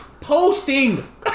Posting